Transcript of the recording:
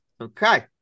Okay